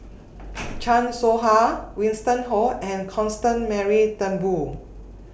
Chan Soh Ha Winston Oh and Constance Mary Turnbull